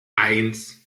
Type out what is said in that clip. eins